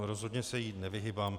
Rozhodně se jí nevyhýbám.